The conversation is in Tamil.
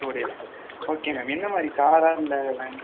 டூ டேஸ்க்கு ஓகே மேம் என்ன மாதிரி காரா இல்லை வேன்